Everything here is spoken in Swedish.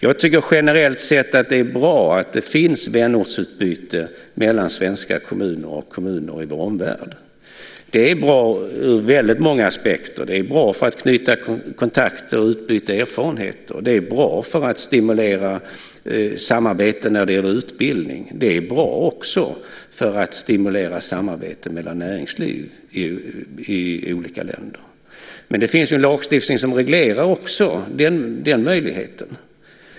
Jag tycker generellt sett att det är bra att det finns vänortsutbyte mellan svenska kommuner och kommuner i vår omvärld. Det är bra ur väldigt många aspekter. Det är bra för att knyta kontakter och utbyta erfarenheter. Det är bra för att stimulera samarbete när det gäller utbildning. Det är också bra för att stimulera samarbete mellan näringslivet i olika länder. Men det finns en lagstiftning som reglerar också den möjligheten.